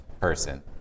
person